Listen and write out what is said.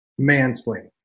Mansplaining